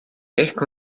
ehk